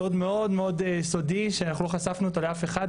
סוד מאוד מאוד סודי שאנחנו עוד לא חשפנו לאף אחד,